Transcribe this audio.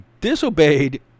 disobeyed